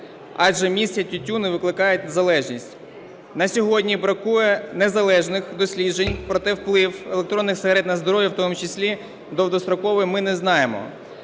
адже містять тютюн і викликають залежність. На сьогодні бракує незалежних досліджень, проте вплив електронних сигарет на здоров'я, в тому числі довгостроковий, ми не знаємо.